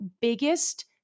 biggest